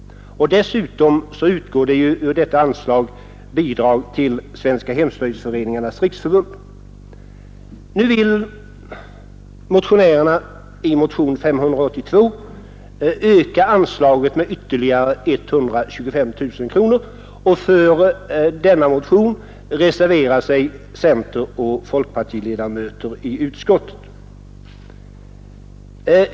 Dessutom utgår ur anslaget bidrag till Svenska hemslöjdsföreningars riksförbund. De som väckt motionen 582 vill öka anslaget med ytterligare 125 000 kronor, och för bifall till denna motion reserverar sig centeroch folkpartiledamöter i utskottet.